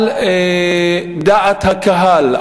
על דעת הקהל,